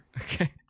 Okay